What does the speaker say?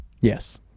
Yes